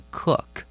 cook